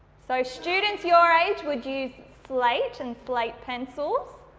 so, students your age would use slate and slate pencils,